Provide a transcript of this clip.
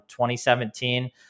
2017